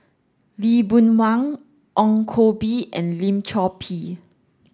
Lee Boon Wang Ong Koh Bee and Lim Chor Pee